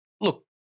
look